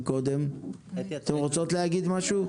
אתן רוצות להגיד משהו?